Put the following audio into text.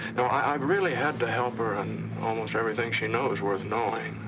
no i-i've really had to help her in almost everything she knows worth knowing.